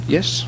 Yes